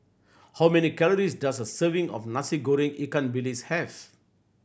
how many calories does a serving of Nasi Goreng ikan bilis have